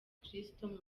kristo